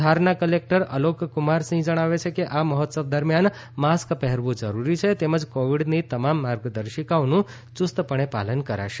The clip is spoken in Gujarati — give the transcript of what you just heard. ધારના ક્લેક્ટર અલોકક્રમાર સિંહ જણાવે છે કે આ મહોત્સવ દરમિયાન માસ્ક પહેરવું જરૂરી છે તેમજ કોવિડની તમામ માર્ગદર્શિકાઓનું યૂસ્તપણે પાલન કરાશે